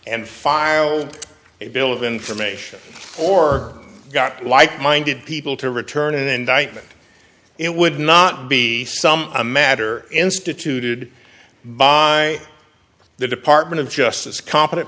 and filed a bill of information or got like minded people to return an indictment it would not be some a matter instituted by the department of justice co